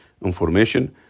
information